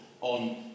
on